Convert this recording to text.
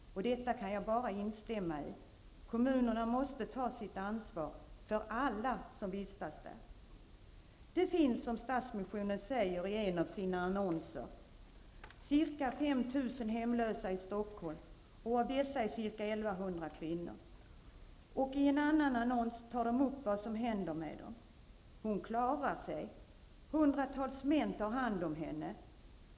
Jag kan bara instämma i detta. Kommunerna måste ta sitt ansvar för alla som vistas där. Det finns, som Stadsmissionen säger i en av sina annonser, ca 5 000 hemlösa i Stockholm. Av dessa är ca 1 100 kvinnor. I en annan annons tar Stadsmissionen upp vad som händer med dessa kvinnor: ''Hon klarar sig. Hundratals män tar hand om henne.